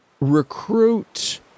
Recruit